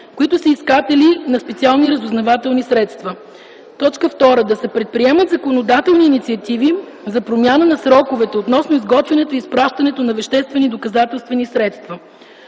които са искатели на специални разузнавателни средства. 2. Да се предприемат законодателни инициативи за промяна на сроковете, относно изготвянето и изпращането на веществени доказателствени средства.